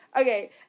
Okay